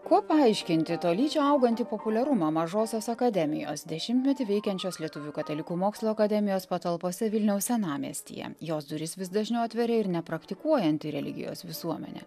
kuo paaiškinti tolydžio augantį populiarumą mažosios akademijos dešimtmetį veikiančios lietuvių katalikų mokslo akademijos patalpose vilniaus senamiestyje jos duris vis dažniau atveria ir nepraktikuojanti religijos visuomenė